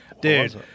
dude